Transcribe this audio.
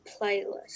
playlist